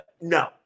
No